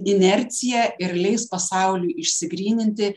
inerciją ir leis pasauliui išsigryninti